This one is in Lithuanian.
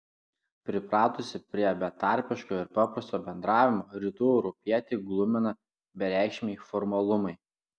pripratusį prie betarpiško ir paprasto bendravimo rytų europietį glumina bereikšmiai formalumai